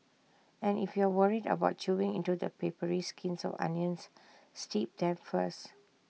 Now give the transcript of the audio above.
and if you are worried about chewing into the papery skins of onions steep them first